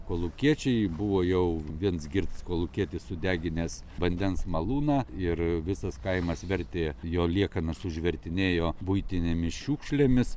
kolūkiečiai buvo jau viens girts kolūkietis sudeginęs vandens malūną ir visas kaimas vertė jo liekanas užvertinėjo buitinėmis šiukšlėmis